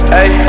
Hey